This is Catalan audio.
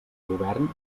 govern